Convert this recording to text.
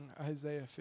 Isaiah